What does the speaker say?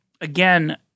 again